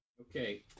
okay